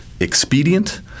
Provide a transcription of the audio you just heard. expedient